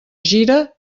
gira